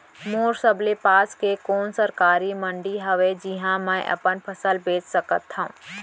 मोर सबले पास के कोन सरकारी मंडी हावे जिहां मैं अपन फसल बेच सकथव?